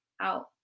out